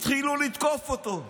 התחילו לתקוף אותו.